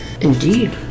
Indeed